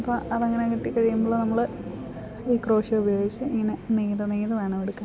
അപ്പം അതങ്ങനെ കിട്ടി കഴിയുമ്പോൾ നമ്മള് ഈ ക്രോഷിയോ ഉപയോഗിച്ച് ഇങ്ങനെ നെയ്ത് നെയ്ത് വേണം എടുക്കാൻ